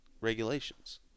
regulations